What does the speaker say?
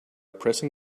pressing